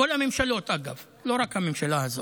כל הממשלות, אגב, לא רק הממשלה הזאת.